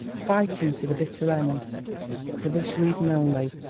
fighting to the bitter end but for this reason only,